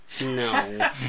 No